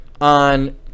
on